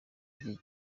iki